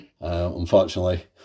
Unfortunately